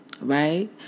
Right